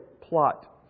plot